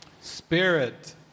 Spirit